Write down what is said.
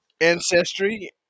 Ancestry